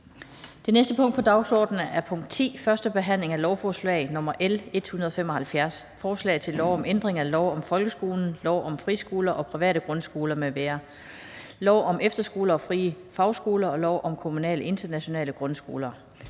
Det næste punkt på dagsordenen er: 10) 1. behandling af lovforslag nr. L 175: Forslag til lov om ændring af lov om folkeskolen, lov om friskoler og private grundskoler m.v., lov om efterskoler og frie fagskoler og lov om kommunale internationale grundskoler.